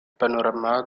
panorama